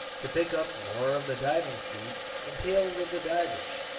to pick up lore of the diving-suit and tales of the divers.